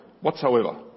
whatsoever